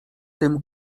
tym